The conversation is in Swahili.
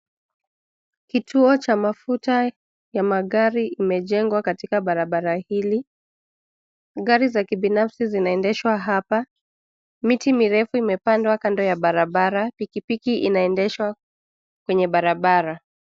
Kituo cha mafuta ya magari imejengwa katika barabara hili. Gari za kibinafsi zinaendeshwa hapa. Miti mirefu imepandwa kando ya barabara, pikipiki inaendeshwa kwenye barabara.